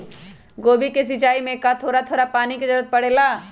गोभी के सिचाई में का थोड़ा थोड़ा पानी के जरूरत परे ला?